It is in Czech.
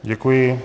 Děkuji.